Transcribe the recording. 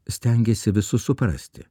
stengiasi visus suprasti